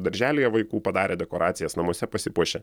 darželyje vaikų padarė dekoracijas namuose pasipuošė